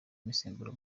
imisemburo